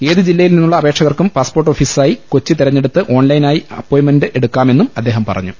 ഏത് ജില്ലയിൽ നിന്നുള്ള അപേക്ഷകർക്കും പാസ്പോർട്ട് ഓഫീസായി കൊച്ചി തെരഞ്ഞെടുത്ത് ഓൺലൈനായി അപ്പോയ്മെന്റ് എടുക്കാമെന്നും അദ്ദേഹം പറഞ്ഞു